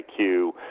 IQ